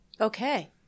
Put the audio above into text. Okay